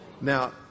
Now